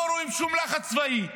לא רואים שום לחץ צבאי.